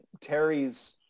Terry's